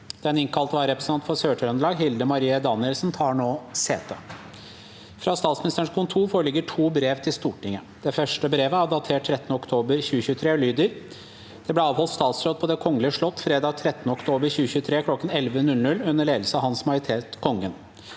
Den innkalte vararepresentant for Sør-Trøndelag, Hilde Marie Gaebpie Danielsen, tar nå sete. Fra Statsministerens kontor foreligger to brev til Stortinget. Det første brevet er datert 13. oktober 2023 og lyder: «Det ble avholdt statsråd på Det kongelige slott fredag 13. oktober 2023 kl. 11.00 under ledelse av Hans Majestet Kongen.